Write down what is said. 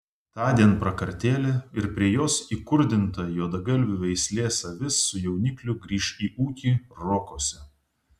tądien prakartėlė ir prie jos įkurdinta juodagalvių veislės avis su jaunikliu grįš į ūkį rokuose